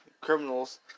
criminals